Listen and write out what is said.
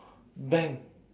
bang